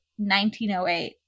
1908